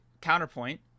counterpoint